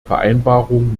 vereinbarung